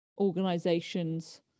organizations